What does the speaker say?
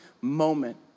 moment